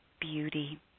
beauty